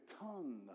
tongue